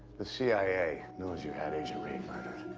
the cia knows you had agent reed murdered,